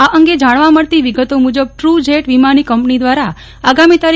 આ અંગે જાણવા મળતી વિગતો મુજબ ટ્ર જેટ વિમાની કંપની દ્વારા આગામી તા